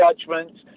judgments